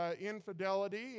infidelity